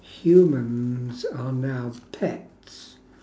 humans are now pets